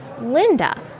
Linda